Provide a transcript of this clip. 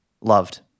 Loved